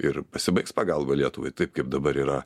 ir pasibaigs pagalba lietuvai taip kaip dabar yra